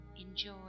enjoy